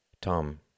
Tom